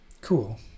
Cool